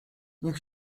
niech